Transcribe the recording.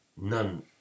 None